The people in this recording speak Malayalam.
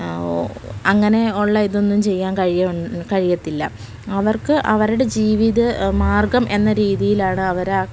അങ്ങനെ ഉള്ള ഇതൊന്നും ചെയ്യാൻ കഴിയുക കഴിയത്തില്ല അവർക്ക് അവരുടെ ജീവിത മാർഗ്ഗം എന്ന രീതിയിലാണ് അവർ ആ